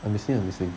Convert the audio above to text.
uh 你 say 你 say